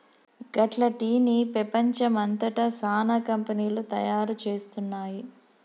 గట్ల టీ ని పెపంచం అంతట సానా కంపెనీలు తయారు చేస్తున్నాయి